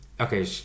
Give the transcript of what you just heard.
okay